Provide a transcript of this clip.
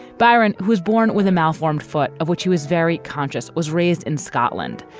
byron was born with a malformed foot of which he was very conscious. was raised in scotland.